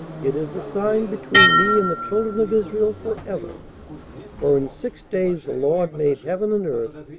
it is a sign between me and the children of israel forever for in six days the lord made heaven and earth,